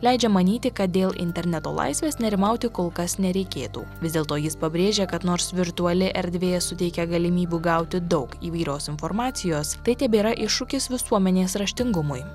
leidžia manyti kad dėl interneto laisvės nerimauti kol kas nereikėtų vis dėlto jis pabrėžia kad nors virtuali erdvė suteikia galimybių gauti daug įvairios informacijos tai tebėra iššūkis visuomenės raštingumui